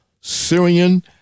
Syrian